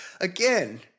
again